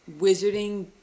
wizarding